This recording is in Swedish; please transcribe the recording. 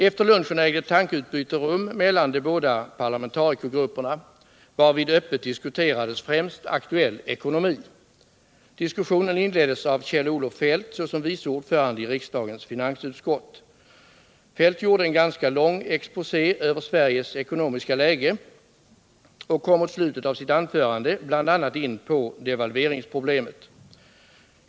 Efter lunchen ägde ett tankeutbyte rum mellan de båda parlamentarikergrupperna, varvid öppet diskuterades främst aktuell ekonomi. Diskussionen inleddes av Kjell-Olof Feldt såsom vice ordförande i riksdagen finansutskott. Feldt gjorde en ganska lång exposé över Sveriges ekonomiska läge och kom mot slutet av sitt anförande bl.a. in på devalveringsproblemet.